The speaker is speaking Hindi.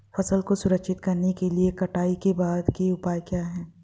फसल को संरक्षित करने के लिए कटाई के बाद के उपाय क्या हैं?